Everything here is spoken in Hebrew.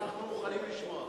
אנחנו מוכנים לשמוע.